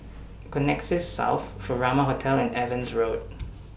Connexis South Furama Hotel and Evans Road